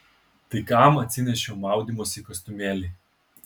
tai kam atsinešiau maudymosi kostiumėlį